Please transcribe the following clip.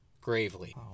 Gravely